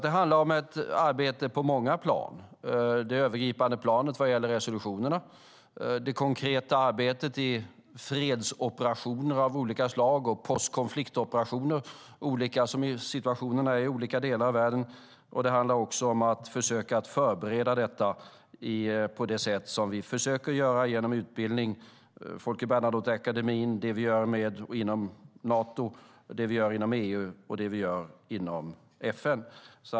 Det handlar om ett arbete på många plan, det övergripande planet vad gäller resolutionerna, det konkreta arbetet i fredsoperationer av olika slag och postkonfliktoperationer, som situationerna är i olika delar av världen, och det handlar också om att försöka förbereda detta på det sätt som vi försöker göra genom utbildning, som Folke Bernadotteakademin och det vi gör inom Nato, EU och FN.